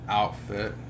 outfit